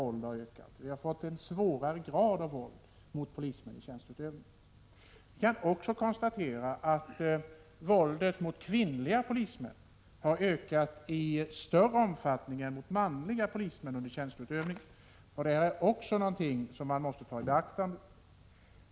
Vi har alltså fått en svårare grad av våld mot polismän i tjänsteutövning. Vi kan också konstatera att våldet mot kvinnliga polismän har ökat i större omfattning än våldet mot manliga polismän under tjänsteutövning. Detta är också någonting man måste ta i beaktande.